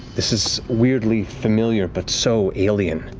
this is weirdly familiar, but so alien.